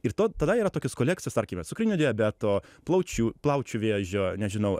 ir to tada yra tokios kolekcijos tarkime cukrinio diabeto plaučių plaučių vėžio nežinau